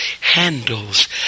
handles